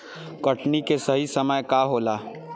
कटनी के सही समय का होला?